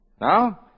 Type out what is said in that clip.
Now